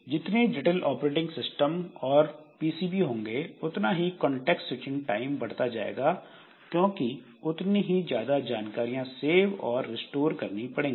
जितनी जटिल operating system और पीसीबी होंगे उतना ही कॉन्टेक्स्ट स्विचिंग टाइम बढ़ता जाएगा क्योंकि उतनी ही ज्यादा जानकारियां सेव और रिस्टोर करनी पड़ेगी